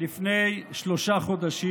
שאילתה לפני שלושה חודשים.